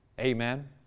Amen